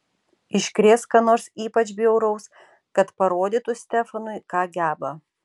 iškrės ką nors ypač bjauraus kad parodytų stefanui ką geba